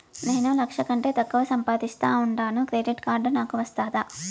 నేను లక్ష కంటే తక్కువ సంపాదిస్తా ఉండాను క్రెడిట్ కార్డు నాకు వస్తాదా